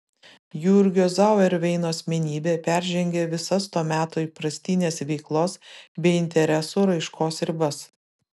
jurgio zauerveino asmenybė peržengė visas to meto įprastines veiklos bei interesų raiškos ribas